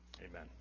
Amen